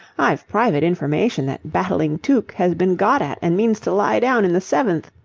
i've private information that battling tuke has been got at and means to lie down in the seventh.